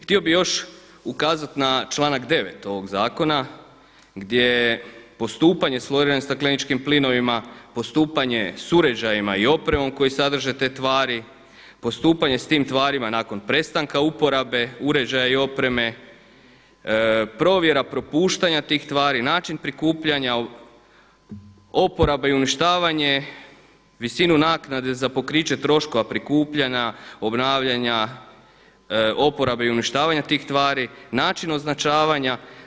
Htio bih još ukazati na članak 9. ovog zakona gdje postupanje sa floriranim stakleničkim plinovima, postupanje sa uređajima i opremom koji sadrže te tvari, postupanje sa tim tvarima nakon prestanka uporabe, uređaja i opreme, provjera propuštanja tih tvari, način priklupljanja, oporaba i uništavanje, visinu naknade za pokriće troškova prikupljanja, obnavljanja oporabe i uništavanja tih tvari, način označavanja.